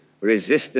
resistance